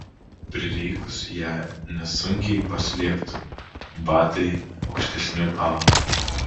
prireikus ją nesunkiai paslėptų batai aukštesniu aulu